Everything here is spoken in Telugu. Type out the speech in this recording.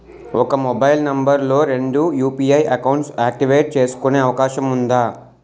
ఒక మొబైల్ నంబర్ తో రెండు యు.పి.ఐ అకౌంట్స్ యాక్టివేట్ చేసుకునే అవకాశం వుందా?